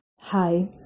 Hi